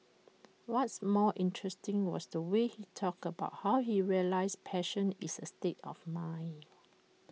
what's more interesting was the way he talked about how he realised passion is A state of mind